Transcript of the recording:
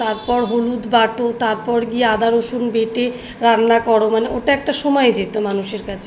তারপর হলুদ বাটো তারপর গিয়ে আদা রসুন বেটে রান্না কর মানে ওটা একটা সময় যেত মানুষের কাছে